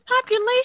population